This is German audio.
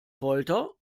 folter